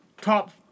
top